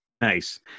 Nice